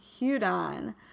Hudon